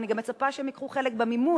ואני גם מצפה שהם ייקחו חלק במימון.